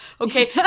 Okay